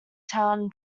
town